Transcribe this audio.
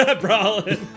Brawling